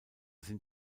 sind